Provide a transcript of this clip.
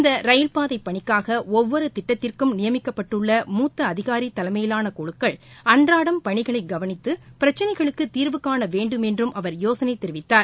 இந்த ரயில்பாதை பணிக்காக ஒவ்வொரு திட்டத்திற்கும் நியமிக்கப்பட்டுள்ள மூத்த அதிகாரி தலைமையிலாள குழுக்கள் அன்றாடம் பணிகளை கவனித்து பிரச்சினைகளுக்கு தீாவு காண வேண்டுமென்றும் அவர் யோசனை தெரிவித்தார்